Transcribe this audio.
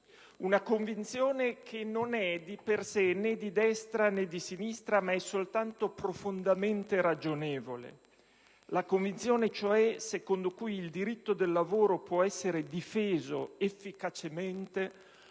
una convinzione che non è di per sè né di destra, né di sinistra, ma è soltanto profondamente ragionevole: la convinzione, cioè, secondo cui il diritto del lavoro può essere difeso efficacemente